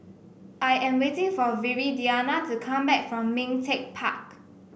I am waiting for Viridiana to come back from Ming Teck Park